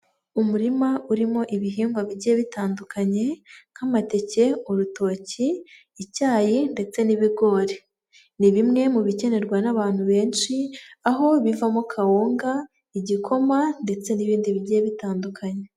Umurima urimo ibihingwa bigiye bitandukanye nk'amateke, urutoki, icyayi ndetse n'ibigori, ni bimwe mu bikenerwa n'abantu benshi aho bivamo kawunga, igikoma ndetse n'ibindi bigiye bitandukanye.